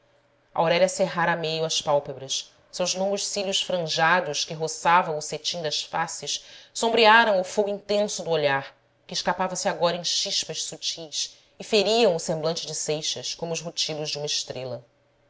aurélia cerrara a meio as pálpebras seus longos cílios franjados que roçavam o cetim das faces sombrearam o fogo intenso do olhar que escapava se agora em chispas sutis e fe riam o semblante de seixas como os rutilos de uma estrela